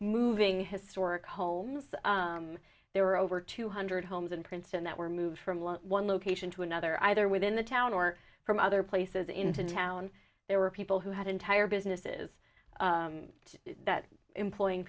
moving historic homes there were over two hundred homes in princeton that were moved from one one location to another either within the town or from other places into town there were people who had entire businesses that employing